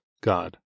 God